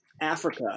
africa